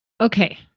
Okay